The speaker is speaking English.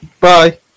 Bye